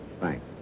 Thanks